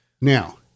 Now